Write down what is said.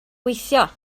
gweithio